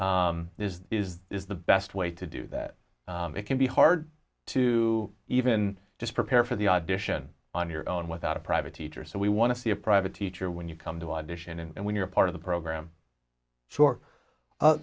teacher is is is the best way to do that it can be hard to even just prepare for the audition on your own without a private teacher so we want to see a private teacher when you come to audition and when you're part of the program sure